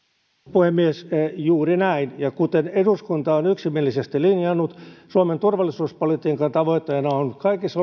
puhemies juuri näin ja kuten eduskunta on yksimielisesti linjannut suomen turvallisuuspolitiikan tavoitteena on kaikissa